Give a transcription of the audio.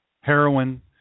Heroin